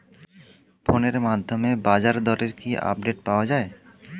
ফোনের মাধ্যমে বাজারদরের কি আপডেট পাওয়া যায়?